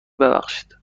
ببخشید